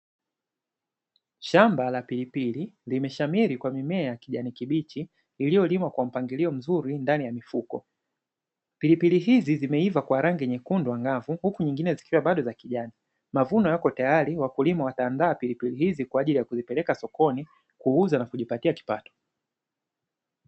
Shamba la pilipili limeshamiri kwa mimea ya kijani kibichi, iliyolimwa kwa mpangilio mzuri ndani ya mifuko, pilipili hizi zimeiva kwa rangi nyekundu angavu, huku nyingine zikiwa bado za kijani, mavuno yapo tayari wakulima wataandaa pilipili hizi kwa ajili ya kuzipeleka sokoni kuuza na kujipatia kipato.